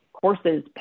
courses